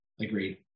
agreed